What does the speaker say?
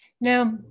Now